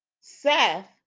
seth